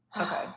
okay